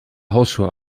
hausschuhe